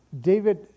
David